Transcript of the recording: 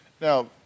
now